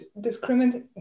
discriminate